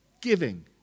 giving